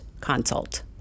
consult